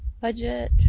budget